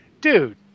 dude